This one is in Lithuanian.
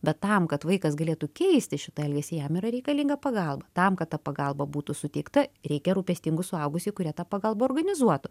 bet tam kad vaikas galėtų keisti šitą elgesį jam yra reikalinga pagalba tam kad ta pagalba būtų suteikta reikia rūpestingų suaugusiųjų kurie tą pagalbą organizuotų